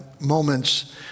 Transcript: moments